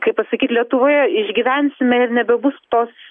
kaip pasakyt lietuvoje išgyvensime ir nebebus tos